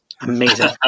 Amazing